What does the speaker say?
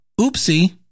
Oopsie